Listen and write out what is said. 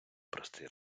простий